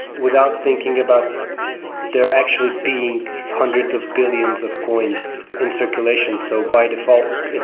without thinking about they're actually being hundreds of billions of coins in circulation. so by default,